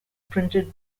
printed